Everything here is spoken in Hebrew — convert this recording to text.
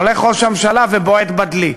הולך ראש הממשלה ובועט בדלי,